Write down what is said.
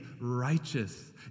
righteous